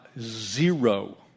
zero